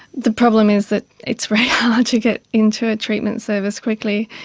the problem is that it's to get into a treatment service quickly.